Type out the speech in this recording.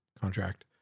contract